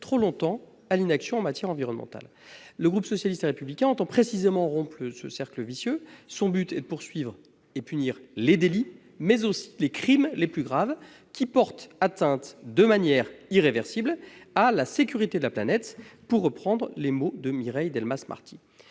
trop longtemps à l'inaction en matière environnementale. Le groupe socialiste et républicain entend rompre ce cercle vicieux. L'objectif est de poursuivre et de punir les délits, mais aussi les crimes les plus graves qui portent atteinte de manière irréversible à la « sécurité de la planète », pour reprendre les mots de Mireille Delmas-Marty.